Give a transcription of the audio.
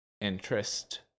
interest